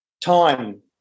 time